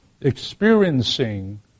experiencing